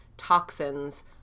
toxins